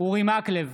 אורי מקלב,